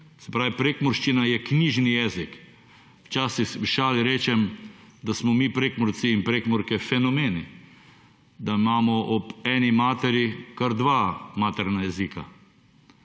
Se pravi, prekmurščina je knjižni jezik. Včasih v šali rečem, da smo mi Prekmurci in Prekmurke fenomeni, da imamo ob eni materi kar dva materina jezika.